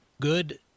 Good